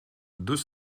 deux